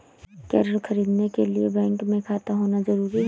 क्या ऋण ख़रीदने के लिए बैंक में खाता होना जरूरी है?